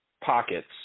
pockets